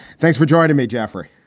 thanks for joining me, jeffrey.